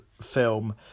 film